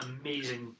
amazing